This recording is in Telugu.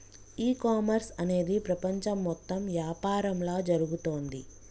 ఈ కామర్స్ అనేది ప్రపంచం మొత్తం యాపారంలా జరుగుతోంది